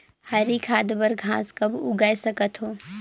हरी खाद बर घास कब उगाय सकत हो?